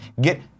get